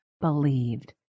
believed